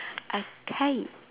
ah hi